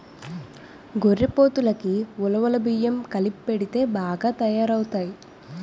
గొర్రెపోతులకి ఉలవలు బియ్యం కలిపెడితే బాగా తయారవుతాయి